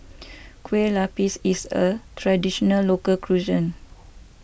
Kueh Lapis is a Traditional Local Cuisine